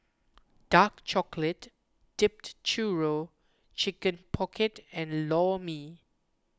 Dark Chocolate Dipped Churro Chicken Pocket and Lor Mee